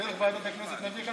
דרך ועדת הכנסת נביא לכאן,